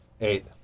Eight